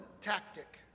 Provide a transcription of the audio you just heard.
tactic